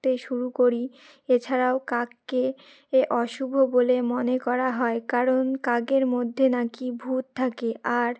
তে শুরু করি এছাড়াও কাককে এ অশুভ বলে মনে করা হয় কারণ কাকের মধ্যে নাকি ভূত থাকে আর